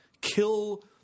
kill